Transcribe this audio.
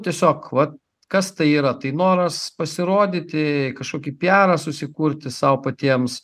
tiesiog va kas tai yra tai noras pasirodyti kažkokį piarą susikurti sau patiems